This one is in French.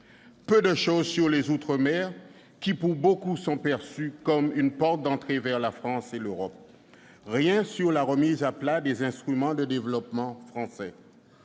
Peu de choses sur les outre-mer, qui pour beaucoup sont perçus comme une porte d'entrée vers la France et l'Europe. Rien sur la remise à plat des instruments de développement français.